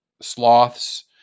sloths